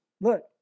look